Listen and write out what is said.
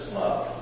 love